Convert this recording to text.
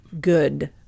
good